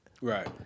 Right